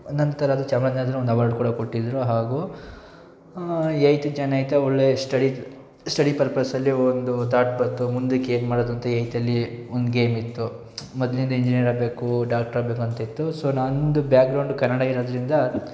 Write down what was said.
ನಂತರ ಅದು ಅವಾರ್ಡ್ ಕೂಡ ಕೊಟ್ಟಿದ್ದರು ಹಾಗೂ ಏಯ್ತ್ ಜಾಯ್ನ್ ಆಯಿತಾ ಒಳ್ಳೆಯ ಸ್ಟಡಿ ಸ್ಟಡಿ ಪರ್ಪಸಲ್ಲಿ ಒಂದು ತಾಟ್ ಬಂತು ಮುಂದಕ್ಕೇನು ಮಾಡೋದು ಅಂತ ಏಯ್ತಲ್ಲಿ ಒಂದು ಗೇಮ್ ಇತ್ತು ಮೊದಲಿಂದ ಇಂಜಿನಿಯರ್ ಆಗಬೇಕು ಡಾಕ್ಟ್ರ್ ಆಗಬೇಕು ಅಂತಿತ್ತು ಸೊ ನನ್ನದು ಬ್ಯಾಗ್ರೌಂಡ್ ಕನ್ನಡ ಇರೋದರಿಂದ